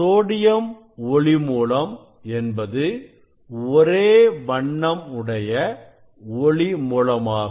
sodium ஒளி மூலம் என்பது ஒரே வண்ணம் உடைய ஒளி மூலமாகும்